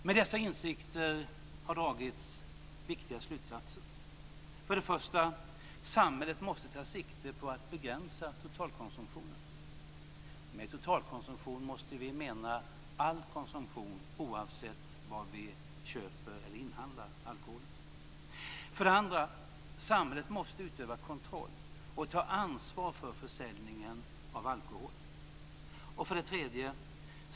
Med dessa insikter har dragits viktiga slutsatser: 1. Samhället måste ta sikte på att begränsa totalkonsumtionen. Med totalkonsumtion måste vi mena all konsumtion, oavsett var vi köper eller inhandlar alkoholen. 2. Samhället måste utöva kontroll och ta ansvar för försäljningen av alkohol. 3.